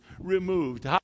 removed